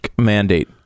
mandate